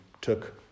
took